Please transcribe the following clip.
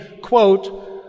quote